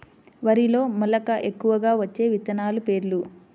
వరిలో మెలక ఎక్కువగా వచ్చే విత్తనాలు పేర్లు?